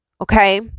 okay